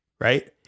right